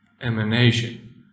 emanation